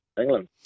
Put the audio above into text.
England